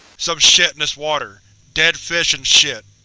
some shit in this water. dead fish and shit.